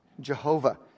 Jehovah